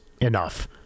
enough